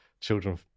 children